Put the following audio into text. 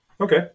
Okay